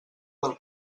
del